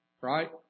right